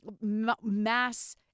mass